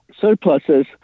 surpluses